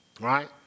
right